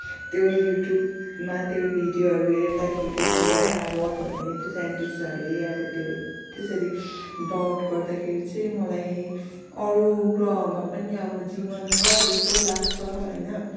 त्यो युट्युबमा त्यो भिडियोहरू हेर्दाखेरि होइन अब अरूहरूले त्यो साइन्टिस्टहरूले अब त्यो त्यसरी डाउट गर्दाखेरि चाहिँ मलाई अरू ग्रहमा पनि अब जीवन छ जस्तो लाग्छ होइन